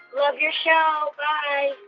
love your show. bye hi,